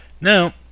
now